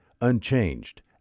unchanged